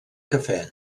cafè